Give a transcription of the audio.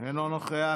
אינו נוכח.